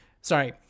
sorry